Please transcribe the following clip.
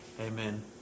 Amen